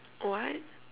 what